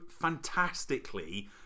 fantastically